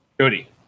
jody